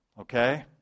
okay